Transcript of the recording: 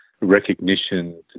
recognition